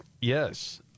Yes